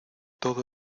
todo